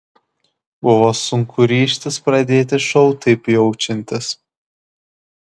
buvo sunku ryžtis pradėti šou taip jaučiantis